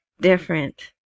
different